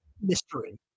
mystery